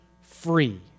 free